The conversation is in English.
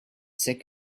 sick